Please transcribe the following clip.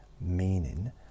Meaning